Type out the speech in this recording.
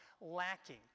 lacking